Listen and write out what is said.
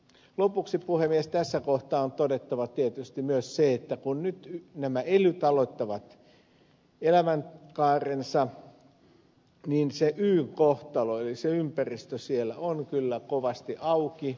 lopuksi puhemies tässä kohtaa on todettava tietysti myös se että kun nyt nämä elyt aloittavat elämänkaarensa niin sen yn kohtalo eli sen ympäristön siellä on kovasti auki